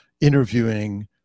interviewing